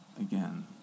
again